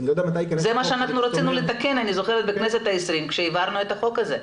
וזה מה שרצינו לתקן בכנסת ה-20 כשהעברנו את החוק הזה.